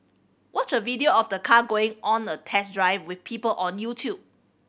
watch a video of the car going on a test drive with people on YouTube